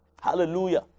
Hallelujah